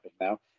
now